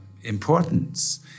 importance